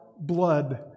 blood